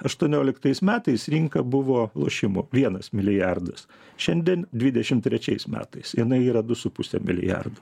aštuonioliktais metais rinka buvo lošimų vienas milijardas šiandien dvidešimt trečiais metais jinai yra du su puse milijardo